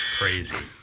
crazy